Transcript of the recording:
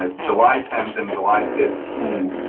ah july tenth and july fifteenth.